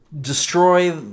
destroy